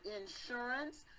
insurance